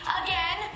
again